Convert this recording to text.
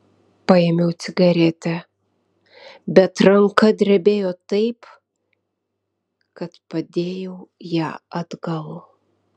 paėmiau cigaretę bet ranka drebėjo taip kad padėjau ją atgal